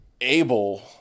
able